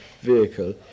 vehicle